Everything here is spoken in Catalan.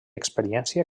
experiència